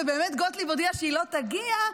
ובאמת גוטליב הודיעה שהיא לא תגיע,